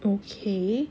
okay